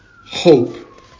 hope